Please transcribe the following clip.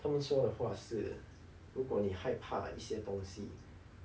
他们说的话是如果你害怕一些东西